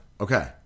okay